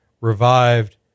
revived